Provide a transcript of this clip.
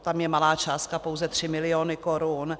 Tam je malá částka pouze 3 miliony korun.